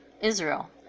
Israel